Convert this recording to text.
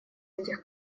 этих